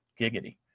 Giggity